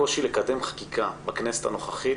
הקושי לקדם חקיקה בכנסת הנוכחית